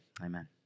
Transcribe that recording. amen